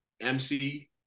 MC